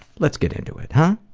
let's get into it, huh?